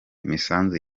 imisanzu